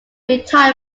retired